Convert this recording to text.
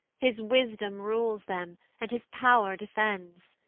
his wisdom rules them, and his pow'r defends.